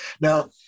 Now